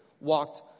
walked